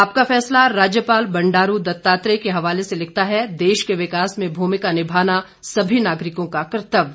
आपका फैसला राज्यपाल बंडारू दत्तात्रेय के हवाले से लिखता है देश के विकास में भूमिका निभाना सभी नागरिकों का कर्तव्य